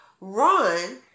run